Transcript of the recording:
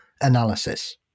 analysis